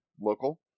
Local